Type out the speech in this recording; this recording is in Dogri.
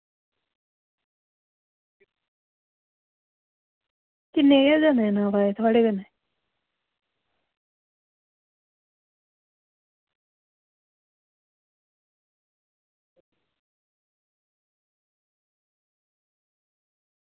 किन्ने जनें आवा दे हे थुआढ़े कन्नै